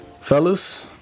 Fellas